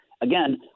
Again